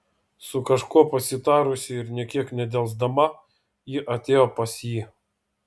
su kažkuo pasitarusi ir nė kiek nedelsdama ji atėjo pas jį